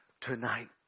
tonight